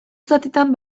zatitan